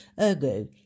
Ergo